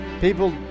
people